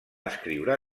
escriure